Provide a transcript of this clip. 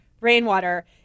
rainwater